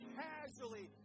casually